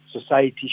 society